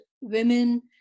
women